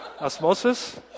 osmosis